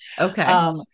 Okay